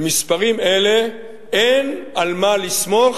למספרים אלה אין על מה לסמוך.